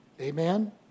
Amen